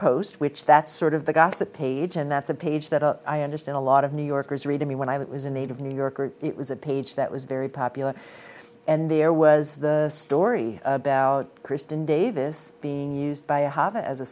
post which that's sort of the gossip page and that's a page that a i understand a lot of new yorkers read to me when i was a native new yorker it was a page that was very popular and there was the story about kristin davis being used by a hobbit as a